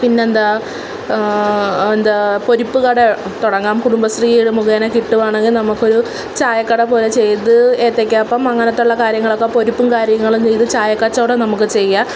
പിന്നെന്താണ് എന്താണ് പൊരിപ്പ് കട തുടങ്ങാം കുടുംബശ്രീ ഒരു മുഖേന കിട്ടുവാണെങ്കില് നമുക്കൊരു ചായക്കട പോലെ ചെയ്ത് ഏത്തക്കാപ്പം അങ്ങനത്തുള്ള കാര്യങ്ങളൊക്കെ പൊരിപ്പും കാര്യങ്ങളും ചെയ്ത് ചായ കച്ചവടം നമുക്ക് ചെയ്യാം